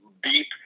beep